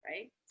Right